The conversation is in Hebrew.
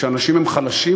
כשאנשים הם חלשים,